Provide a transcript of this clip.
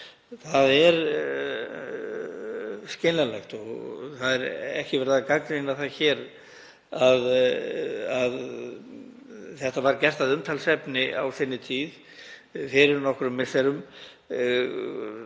Það er skiljanlegt og það er ekki verið að gagnrýna það hér að þetta var gert að umtalsefni á sinni tíð fyrir nokkrum misserum,